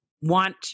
want